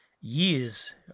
years